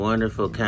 Wonderful